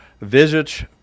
visits